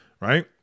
right